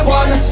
one